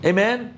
Amen